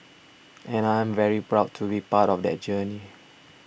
and I'm very proud to be part of that journey